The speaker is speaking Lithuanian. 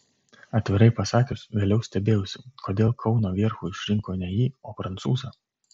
atvirai pasakius vėliau stebėjausi kodėl kauno vierchu išrinko ne jį o prancūzą